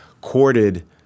courted